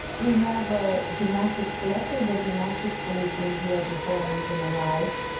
we have a gymnastic school, actually the gymnastic school has been here before i even arrived.